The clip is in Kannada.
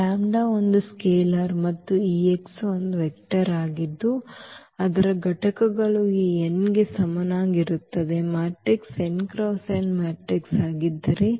ಲ್ಯಾಂಬ್ಡಾ ಒಂದು ಸ್ಕೇಲಾರ್ ಮತ್ತು ಈ x ಒಂದು ವೆಕ್ಟರ್ ಆಗಿದ್ದು ಅದರ ಘಟಕಗಳು ಈ n ಗೆ ಸಮನಾಗಿರುತ್ತದೆ ಮ್ಯಾಟ್ರಿಕ್ಸ್ nxn ಮ್ಯಾಟ್ರಿಕ್ಸ್ ಆಗಿದ್ದರೆ